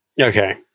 okay